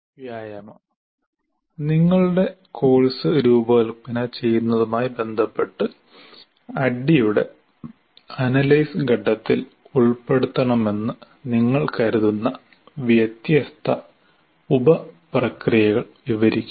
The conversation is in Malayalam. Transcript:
വ്യായാമം നിങ്ങളുടെ കോഴ്സ് രൂപകൽപ്പന ചെയ്യുന്നതുമായി ബന്ധപ്പെട്ട് ADDIE യുടെ അനലൈസ് ഘട്ടത്തിൽ ഉൾപ്പെടുത്തണമെന്ന് നിങ്ങൾ കരുതുന്ന വ്യത്യസ്ത ഉപപ്രക്രിയകൾ വിവരിക്കുക